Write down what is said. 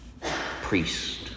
priest